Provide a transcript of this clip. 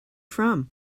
from